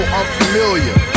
unfamiliar